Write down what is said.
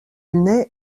n’est